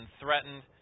threatened